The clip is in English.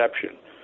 perception